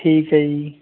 ਠੀਕ ਹੈ ਜੀ